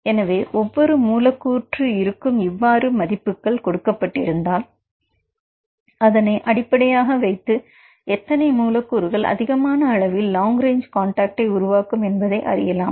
எனவே ஒவ்வொரு மூலக்கூற்று இருக்கும் இவ்வாறு மதிப்புகள் கொடுக்கப்பட்டிருந்தால் அதனை அடிப்படையாக வைத்து எத்தனை மூலக்கூறுகள் அதிகமான அளவில் லாங் ரேஞ்சு காண்டாக்ட் உருவாக்கும் என்பதை அறியலாம்